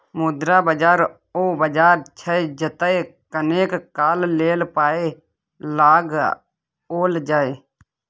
मुद्रा बाजार ओ बाजार छै जतय कनेक काल लेल पाय लगाओल जाय